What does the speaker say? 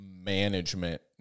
management